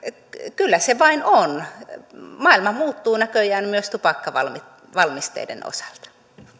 kyllä se vain on maailma muuttuu näköjään myös tupakkavalmisteiden osalta